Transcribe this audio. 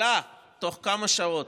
עלה תוך כמה שעות,